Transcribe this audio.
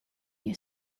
you